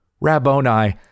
Rabboni